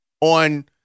on